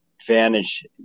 advantage